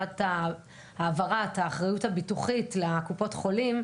להעברת האחריות הביטוחית לקופות החולים,